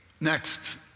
Next